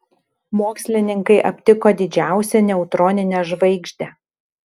mokslininkai aptiko didžiausią neutroninę žvaigždę